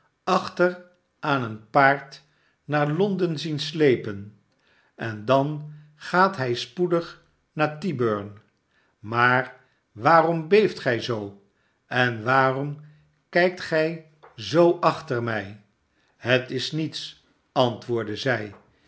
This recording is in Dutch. achter aan een paard naar londen zien slepen en dan gaat hij spoedig naar tyburn maar waarom beeft gij zoo en waarom kijkt gij zoo achter mij het is niets antwoordde zij